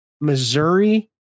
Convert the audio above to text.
Missouri